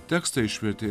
tekstą išvertė